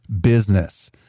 business